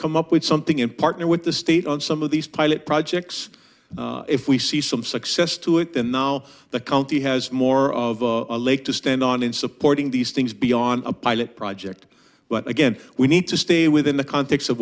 come up with something in partner with the state on some of these pilot projects if we see some success to it then now the county has more of a leg to stand on in supporting these things beyond a pilot project but again we need to stay within the context of